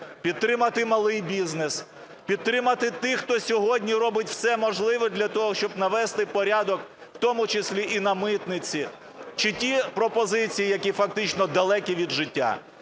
підтримати малий бізнес, підтримати тих, хто сьогодні робить все можливе, щоб навести порядок, в тому числі і на митниці, чи ті пропозиції, які фактично далекі від життя.